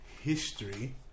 history